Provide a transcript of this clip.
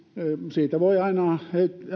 siitä voi aina